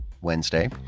Wednesday